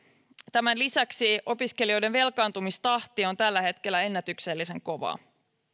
tämän lisäksi opiskelijoiden velkaantumistahti on tällä hetkellä ennätyksellisen kovaa